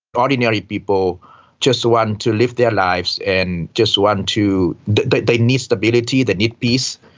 ordinary people just want and to live their lives and just want to, they they need stability, they need peace.